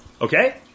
okay